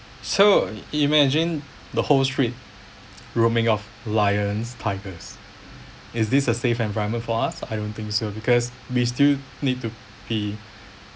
so imagine the whole street roaming of lions tigers is this a safe environment for us I don't think so because we still need to be